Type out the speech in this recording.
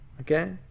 Okay